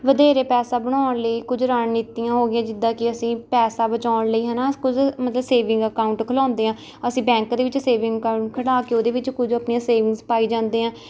ਵਧੇਰੇ ਪੈਸਾ ਬਣਉਣ ਲਈ ਕੁਝ ਰਣਨੀਤੀਆਂ ਹੋ ਗਈਆਂ ਜਿੱਦਾਂ ਕਿ ਅਸੀਂ ਪੈਸਾ ਬਚਾਉਣ ਲਈ ਹੈ ਨਾ ਕੁਝ ਮਤਲਬ ਸੇਵਿੰਗ ਅਕਾਂਉਂਟ ਖੁੱਲਾਉਂਦੇ ਹਾਂ ਅਸੀਂ ਬੈਂਕ ਦੇ ਵਿੱਚ ਸੇਵਿੰਗ ਅਕਾਂਉਂਟ ਖੁੱਲ੍ਹਾ ਕੇ ਉਹਦੇ ਵਿੱਚ ਕੁਝ ਆਪਣੀਆ ਸੇਵਿੰਗਸ ਪਾਈ ਜਾਂਦੇ ਹਾਂ